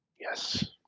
yes